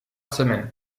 semaine